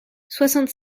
soixante